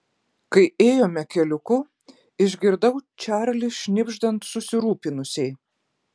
kai ėjome keliuku išgirdau čarlį šnibždant susirūpinusiai